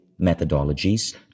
methodologies